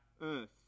earth